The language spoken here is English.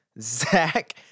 Zach